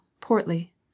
portly